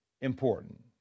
important